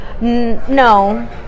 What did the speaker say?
no